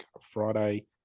Friday